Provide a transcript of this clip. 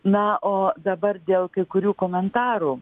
na o dabar dėl kai kurių komentarų